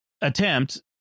attempt